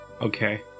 Okay